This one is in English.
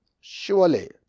Surely